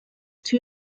too